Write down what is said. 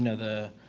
the.